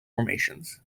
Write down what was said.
formations